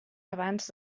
abans